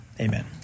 Amen